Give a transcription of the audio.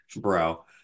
bro